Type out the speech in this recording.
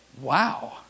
Wow